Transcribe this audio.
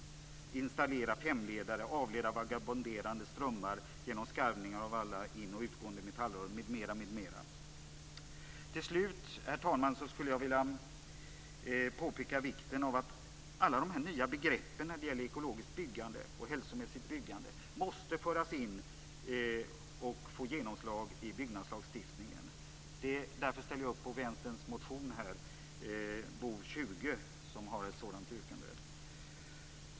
Vi måste installera femledare, avleda vagabonderande strömmar genom skarvningar av alla in och utgående metallrör m.m. Till slut, herr talman, skulle jag vilja påpeka vikten av att alla de här nya begreppen när det gäller ekologiskt och hälsomässigt byggande måste föras in och få genomslag i byggnadslagstiftningen. Därför ställer jag upp på Vänsterns motion här, Bo20. Den har ett sådant yrkande.